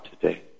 today